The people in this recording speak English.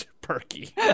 perky